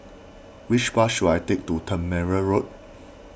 which bus should I take to Tangmere Road